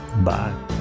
Bye